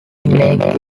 make